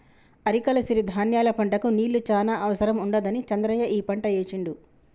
అరికల సిరి ధాన్యాల పంటకు నీళ్లు చాన అవసరం ఉండదని చంద్రయ్య ఈ పంట ఏశిండు